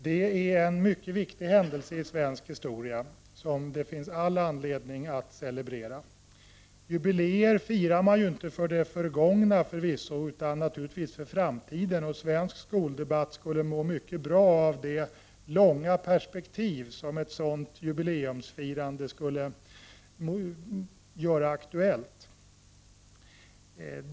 Det är en mycket viktig händelse i svensk historia, som det finns all 73 anledning att celebrera. Jubileer firar man ju inte för det förgångna utan naturligtvis för framtiden. Svensk skoldebatt skulle må mycket bra av det långa perspektiv som ett sådant jubileumsfirande skulle göra aktuellt.